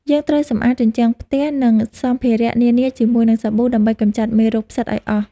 យើងត្រូវសម្អាតជញ្ជាំងផ្ទះ និងសម្ភារៈនានាជាមួយទឹកសាប៊ូដើម្បីកម្ចាត់មេរោគផ្សិតឱ្យអស់។